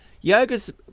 Yoga's